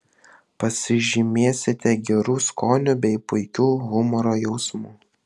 pasižymėsite geru skoniu bei puikiu humoro jausmu